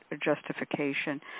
justification